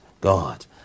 God